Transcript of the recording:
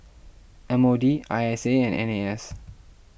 M O D I S A and N A S